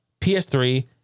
PS3